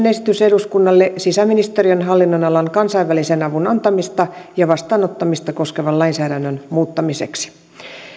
esitys eduskunnalle sisäministeriön hallinnonalan kansainvälisen avun antamista ja vastaanottamista koskevan lainsäädännön muuttamiseksi